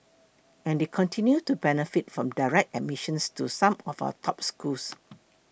and they continue to benefit from direct admissions to some of our top schools